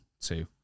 two